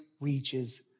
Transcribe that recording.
reaches